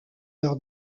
leur